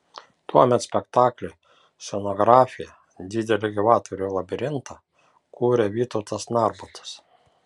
tuomet spektakliui scenografiją didelį gyvatvorių labirintą kūrė vytautas narbutas